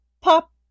pop